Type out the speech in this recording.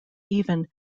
even